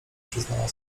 przyznała